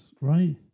right